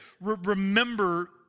remember